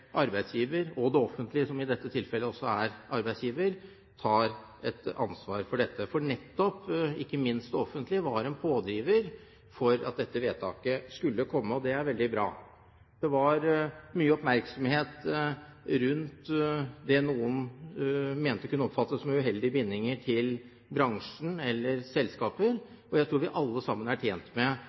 arbeidsgiver og det offentlige, som i dette tilfellet også er arbeidsgiver, tar et ansvar for dette. Nettopp det offentlige var en pådriver for at dette vedtaket skulle komme, og det er veldig bra. Det var mye oppmerksomhet rundt det noen mente kunne oppfattes som uheldige bindinger til bransjen eller selskaper, og jeg tror vi alle sammen er tjent med